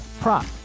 prop